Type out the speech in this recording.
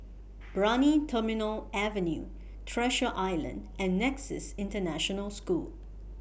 Brani Terminal Avenue Treasure Island and Nexus International School